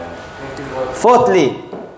fourthly